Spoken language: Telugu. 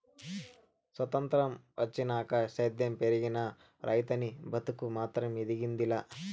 సొత్రంతం వచ్చినాక సేద్యం పెరిగినా, రైతనీ బతుకు మాత్రం ఎదిగింది లా